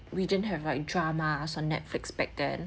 we didn't have like drama or netflix back then